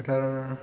फोथार